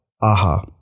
AHA